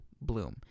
bloom